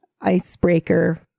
icebreaker